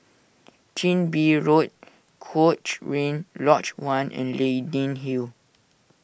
Chin Bee Road Cochrane Lodge one and Leyden Hill